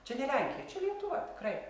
čia ne lenkija čia lietuva tikrai